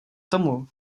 tomu